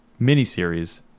miniseries